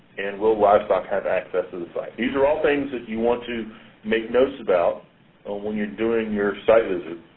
and will livestock have access to the site? these are all things that you want to make notes about when you're doing your site visit.